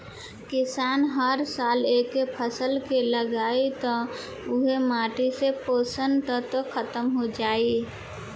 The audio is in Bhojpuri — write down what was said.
किसान हर साल एके फसल के लगायी त ओह माटी से पोषक तत्व ख़तम हो जाई